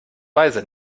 weise